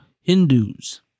Hindus